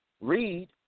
read